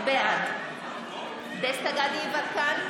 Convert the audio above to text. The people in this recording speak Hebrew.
בעד דסטה גדי יברקן,